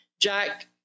Jack